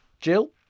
Jill